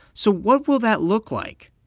so what will that look like?